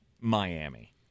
Miami